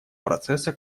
процесса